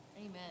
Amen